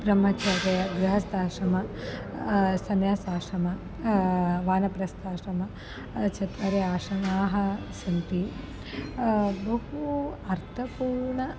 ब्रह्मचर्यं गृहस्थाश्रमः सन्यासाश्रमः वानप्रस्थाश्रमः चत्वारः आश्रमाः सन्ति बहु अर्थपूर्णः